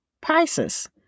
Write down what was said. Pisces